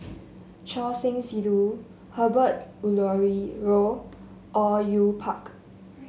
Choor Singh Sidhu Herbert Eleuterio Au Yue Pak